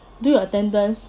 do your attendance